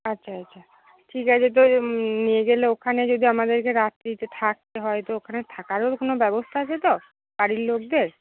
আচ্ছা আচ্ছা ঠিক আছে তো নিয়ে গেলে ওখানে যদি আমাদেরকে রাত্রিতে থাকতে হয় তো ওখানে থাকারও কোনো ব্যবস্থা আছে তো বাড়ির লোকদের